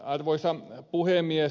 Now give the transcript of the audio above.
arvoisa puhemies